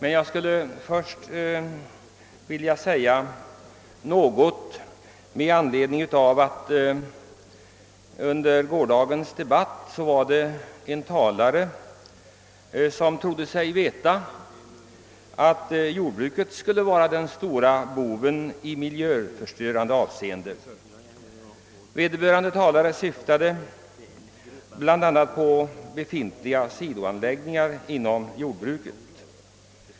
Först skulle jag dock vilja säga något med anledning av att en talare i gårdagens debatt trodde sig veta, att jordbruket skulle vara den stora boven i miljöförstöringsdramat. Talaren syftade bl.a. på befintliga siloanläggningar inom jordbruket.